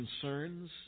concerns